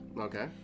Okay